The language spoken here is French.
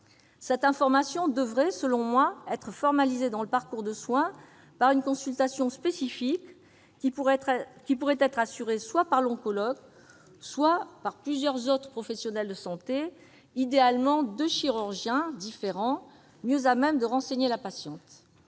Cette information devrait, selon moi, être formalisée dans le parcours de soins par une consultation spécifique, qui pourrait être assurée soit par l'oncologue, soit par plusieurs autres professionnels de santé, idéalement deux chirurgiens différents, mieux à même de renseigner la patiente.